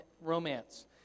romance